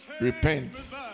Repent